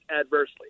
adversely